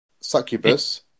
Succubus